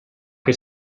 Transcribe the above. che